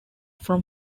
from